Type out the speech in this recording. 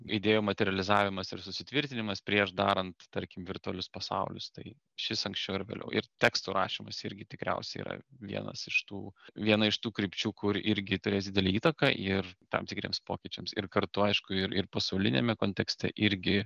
idėjų materializavimas ir susitvirtinimas prieš darant tarkim virtualius pasaulius tai šis anksčiau ar vėliau ir tekstų rašymas irgi tikriausiai yra vienas iš tų viena iš tų krypčių kur irgi turės didelę įtaką ir tam tikriems pokyčiams ir kartu aišku ir ir pasauliniame kontekste irgi